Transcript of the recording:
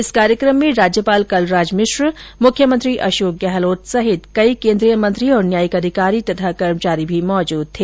इस कार्यक्रम में राज्यपाल कलराज मिश्र मुख्यमंत्री अशोक गहलोत सहित कई केन्द्रीय मंत्री और न्यायिक अधिकारी और कर्मचारी भी मौजूद थे